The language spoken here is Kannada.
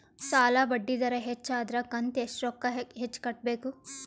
ಸಾಲಾ ಬಡ್ಡಿ ದರ ಹೆಚ್ಚ ಆದ್ರ ಕಂತ ಎಷ್ಟ ರೊಕ್ಕ ಹೆಚ್ಚ ಕಟ್ಟಬೇಕು?